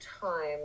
time